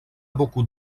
beaucoup